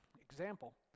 example